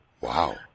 Wow